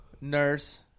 Nurse